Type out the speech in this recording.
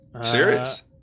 Serious